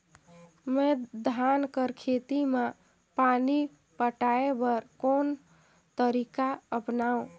मैं धान कर खेती म पानी पटाय बर कोन तरीका अपनावो?